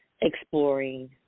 exploring